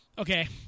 okay